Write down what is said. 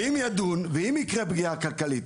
ואם ידון ואם יקרה פגיעה כלכלית,